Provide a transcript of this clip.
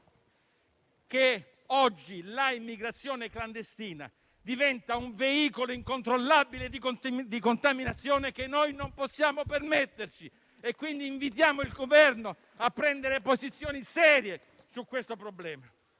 oggi l'immigrazione clandestina diventa un veicolo incontrollabile di contaminazione che non possiamo permetterci e, quindi, invitiamo il Governo a prendere posizioni serie su questo problema.